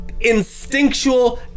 instinctual